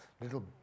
little